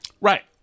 Right